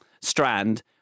Strand